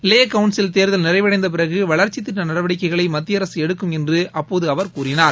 லே council தேர்தல் நிறைவடைந்த பிறகு வளர்ச்சித் திட்ட நடவடிக்கைகளை மத்திய அரசு எடுக்கும் என்று அப்போது அவர் கூறினார்